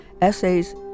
Essays